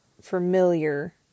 familiar